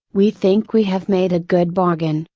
we think we have made a good bargain,